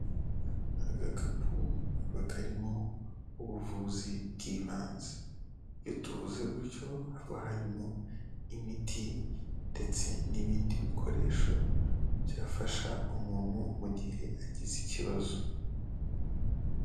Agakapu kaba karimo ubuvuzi bw'ibanze, iyo tuvuze gutyo haba harimo, imiti ndetse n'ibindi bikoresho byafasha umuntu mu gihe agize ikibazo.